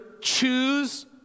choose